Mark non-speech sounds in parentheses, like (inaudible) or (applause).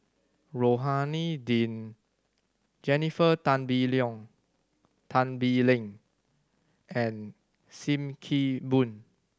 Rohani Din Jennifer Tan Bee (unintelligible) Tan Bee Leng and Sim Kee Boon